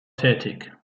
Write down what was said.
tätig